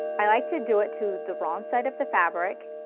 i like to do it to the wrong side of the fabric.